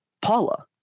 Paula